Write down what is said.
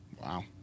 Wow